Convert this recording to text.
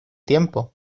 tiempo